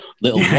little